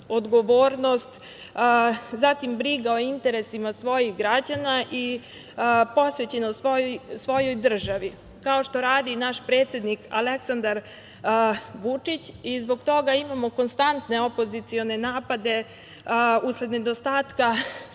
odgovornost, zatim briga o interesima svojih građana i posvećenost svojoj državi, kao što radi naš predsednik Aleksandar Vučić. Zbog toga imamo konstantne opozicione napade, usled nedostatka